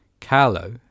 Carlo